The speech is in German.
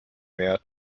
mehr